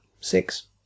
six